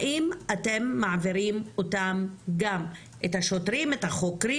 האם אתם מעבירים את השוטרים ואת החוקרים